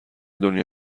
دنیا